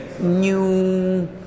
new